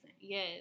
Yes